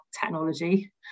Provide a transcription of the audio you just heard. technology